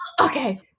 okay